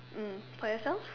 mm for yourself